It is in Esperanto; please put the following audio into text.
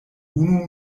unu